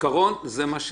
זה המצב בחוק.